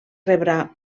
rebrà